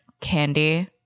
candy